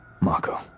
Marco